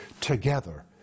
Together